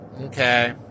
okay